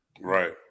right